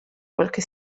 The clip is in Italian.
qualche